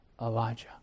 Elijah